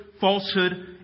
falsehood